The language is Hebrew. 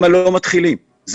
זה גם כמעט לא עולה כסף.